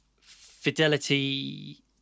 Fidelity